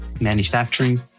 manufacturing